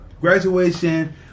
graduation